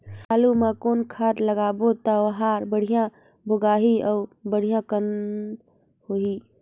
आलू मा कौन खाद लगाबो ता ओहार बेडिया भोगही अउ बेडिया कन्द होही?